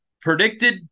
predicted –